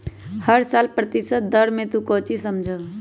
हर साल प्रतिशत दर से तू कौचि समझा हूँ